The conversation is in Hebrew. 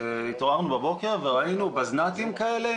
התעוררנו בבוקר וראינו בזנ"טים כאלה